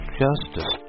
justice